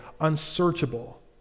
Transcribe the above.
unsearchable